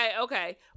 okay